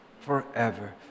forever